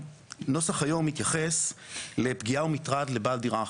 הנוסח היום מתייחס לפגיעה או מטרד לבעל דירה אחרת,